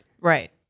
Right